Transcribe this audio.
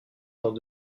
dans